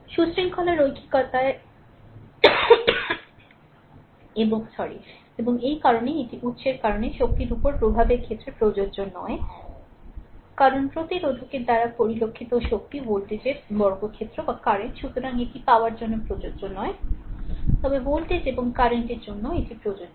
সুশৃঙ্খলা রৈখিকতায় সেরা এবং এই কারণেই এটি উত্সের কারণে শক্তির উপর প্রভাবের ক্ষেত্রে প্রযোজ্য নয় কারণ প্রতিরোধকের দ্বারা পরিলক্ষিত শক্তি ভোল্টেজের বর্গক্ষেত্র বা কারেন্ট সুতরাং এটি পাওয়ার জন্য প্রযোজ্য নয় তবে ভোল্টেজ এবং কারেন্টের জন্য এটি প্রযোজ্য